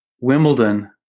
Wimbledon